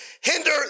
hinder